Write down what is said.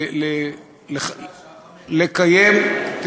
לקיים, הפסקה.